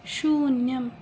शून्यम्